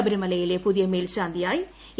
ശബരിമലയിലെ പുതിയ മേൽശാന്തി യായി എ